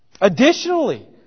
Additionally